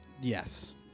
Yes